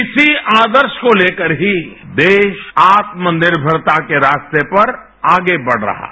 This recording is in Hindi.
इसी आदर्शको लेकर ही देश आत्मनिर्मरता के रास्ते पर आगे बढ़ रहा है